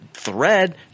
thread